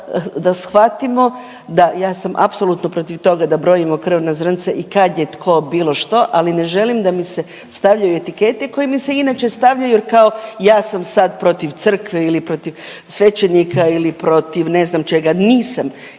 da shvatimo da, ja sam apsolutno protiv toga da brojimo krvna zrnca i kad tko bilo što, ali ne želim da mi stavljaju etike koje mi se inače stavljaju jer kao ja sam sad protiv crkve ili protiv svećenika ili protiv ne znam protiv čega nisam.